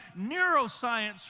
neuroscience